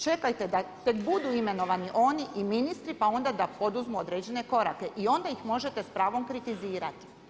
Čekajte da tek budu imenovani oni i ministri pa onda da poduzmu određene korake i onda ih možete s pravom kritizirati.